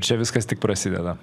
čia viskas tik prasideda